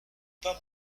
pas